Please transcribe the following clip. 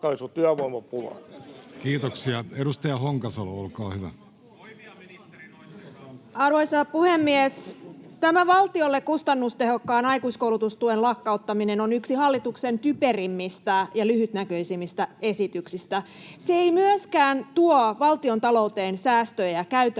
Time: 16:21 Content: Arvoisa puhemies! Tämä valtiolle kustannustehokkaan aikuiskoulutustuen lakkauttaminen on yksi hallituksen typerimmistä ja lyhytnäköisimmistä esityksistä. Se ei myöskään tuo valtiontalouteen säästöjä käytännössä